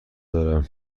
دارم